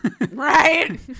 right